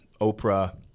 Oprah